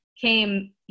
came